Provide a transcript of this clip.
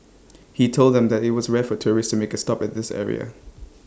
he told them that IT was rare for tourists to make A stop at this area